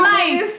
life